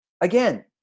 again